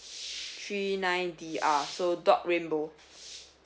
three nine D R so dog rainbow